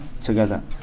together